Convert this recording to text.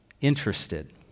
interested